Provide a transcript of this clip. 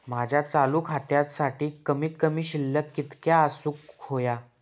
माझ्या चालू खात्यासाठी कमित कमी शिल्लक कितक्या असूक होया?